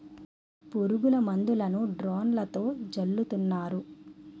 పురుగుల మందులను డ్రోన్లతో జల్లుతున్నారు